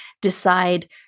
decide